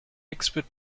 expert